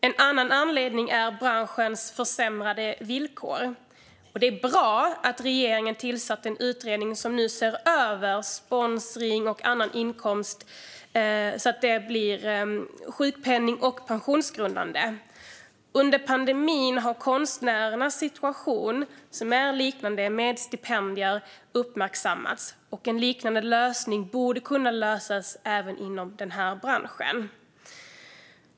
En annan anledning är branschens försämrade villkor. Det är bra att regeringen har tillsatt en utredning som nu ser över sponsring och annan inkomst, så att det blir sjukpenning och pensionsgrundande. Under pandemin har konstnärernas situation - de har en liknande situation med stipendier - uppmärksammats. En liknande lösning borde kunna göras även inom denna bransch.